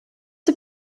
die